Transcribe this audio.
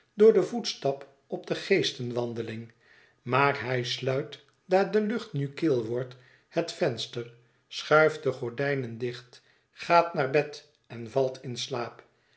door den voetstap op de geestenwandeling maar hij sluit daar de lucht nu kil wordt het venster schuift de gordijnen dicht gaat naar bed en valt in slaap